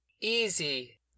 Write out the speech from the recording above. Easy